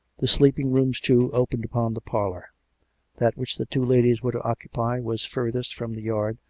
the sleeping-rooms, too, opened upon the parlour that which the two ladies were to occupy was furthest from the yard,